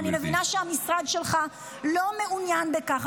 ואני מבינה שהמשרד שלך לא מעוניין בכך,